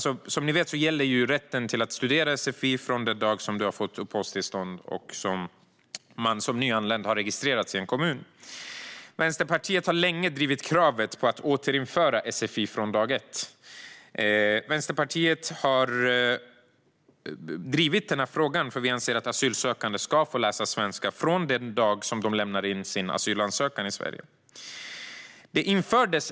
Som ni vet gäller rätten att studera sfi från den dag som du har fått uppehållstillstånd och som nyanländ har registrerats i en kommun. Vänsterpartiet har länge drivit kravet att återinföra sfi från dag ett. Vänsterpartiet har drivit den här frågan för att vi anser att asylsökande ska få läsa svenska från den dag som de lämnar in sin asylansökan i Sverige.